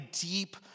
deep